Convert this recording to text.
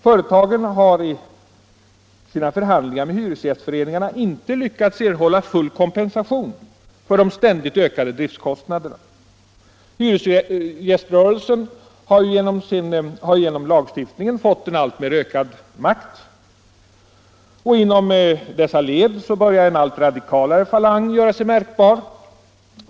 Företagen har i sina förhandlingar med hyresgästföreningarna inte lyckats erhålla full kompensation för de ständigt ökade driftkostnaderna. Hyresgäströrelsen har genom lagstiftningen fått en alltmer ökad makt, och inom dessa led börjar en allt radikalare falang göra sig märkbar.